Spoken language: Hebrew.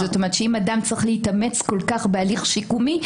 זאת אומרת שאם אדם צריך להתאמץ כל כך בהליך שיקומי,